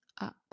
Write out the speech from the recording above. up